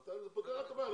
זה פותר את הבעיה.